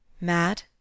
Mad